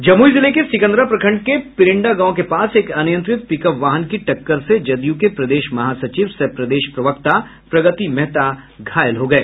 जमुई जिले के सिकंदरा प्रखंड के पिरिंडा गांव के पास एक अनियंत्रित पिकअप वाहन की टक्कर से जदयू के प्रदेश महासचिव सह प्रदेश प्रवक्ता प्रगति मेहता घायल हो गए